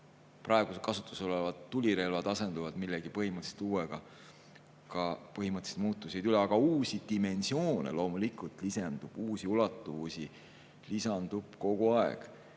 praegu kasutuses olevad tulirelvad asenduvad millegi põhimõtteliselt uuega, põhimõttelisi muutusi ei tule. Aga uusi dimensioone loomulikult lisandub, uusi ulatuvusi lisandub kogu aeg.